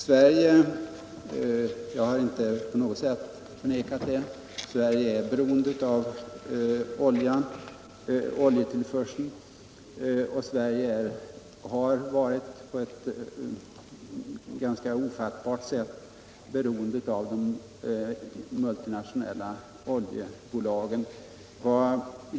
Sverige är — jag har inte på något sätt förnekat det — beroende av oljetillförseln, och Sverige har på ett nästan ofattbart sätt varit beroende av de multinationella oljebolagen.